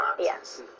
Yes